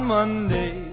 Monday